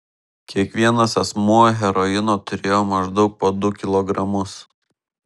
kiekvienas asmuo heroino turėjo maždaug po du kilogramus